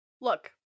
Look